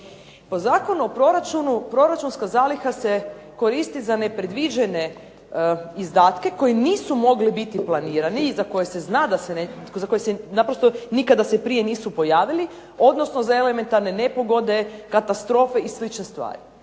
Po Zakonu o proračunu proračunska zaliha se koristi za nepredviđene izdatke koji nisu mogli biti planirani, za koje se zna, koji nikada se prije nisu pojavili, odnosno za elementarne nepogode, katastrofe i slične stvari.